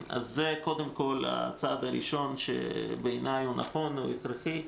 זה קודם כול הצעד הראשון שהוא בעיניי נכון והכרחי.